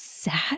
sad